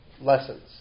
lessons